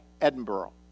Edinburgh